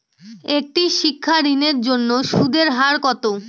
একটি শিক্ষা ঋণের জন্য সুদের হার কত?